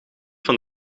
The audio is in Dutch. van